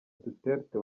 duterte